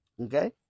okay